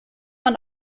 man